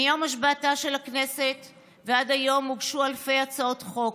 מיום השבעתה של הכנסת ועד היום הוגשו אלפי הצעות חוק.